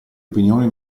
opinione